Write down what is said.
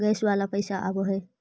Gas वाला पैसा आव है?